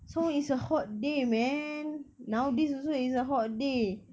so it's a hot day man nowadays also it's a hot day